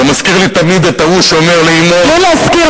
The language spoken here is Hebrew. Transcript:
זה מזכיר לי תמיד את ההוא שאומר לאמו, בלי להזכיר.